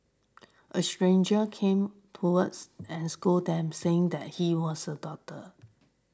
a stranger came towards and scolded them saying that he was a doctor